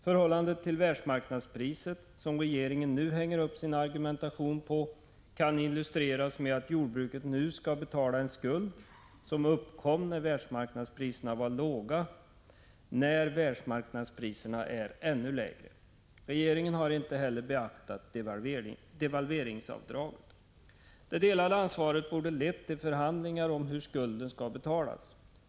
Förhållandet till världsmarknadspriset, som regeringen nu hänger upp sin argumentation på, kan illustreras med att jordbruket skall betala en skuld, som uppkom när världsmarknadspriserna var låga, nu när dessa är ännu lägre. Regeringen har inte heller beaktat devalveringsavdraget. Det delade ansvaret borde ha lett till förhandlingar om hur skulden skall betalas.